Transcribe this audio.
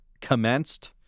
commenced